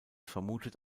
vermutet